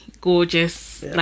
gorgeous